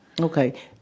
Okay